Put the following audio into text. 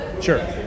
sure